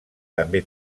també